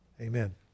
Amen